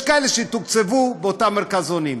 יש כאלה שיתוקצבו באותם מרכזונים,